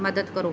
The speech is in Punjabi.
ਮਦਦ ਕਰੋ